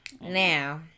now